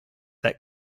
that